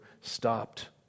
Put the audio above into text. stopped